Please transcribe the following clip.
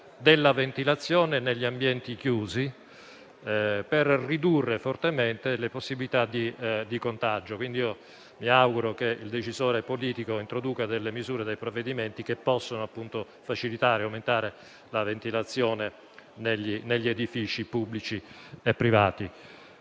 della ventilazione negli ambienti chiusi per ridurre fortemente le possibilità di contagio. Mi auguro quindi che il decisore politico introduca dei provvedimenti che possano facilitare e aumentare la ventilazione negli edifici pubblici e privati.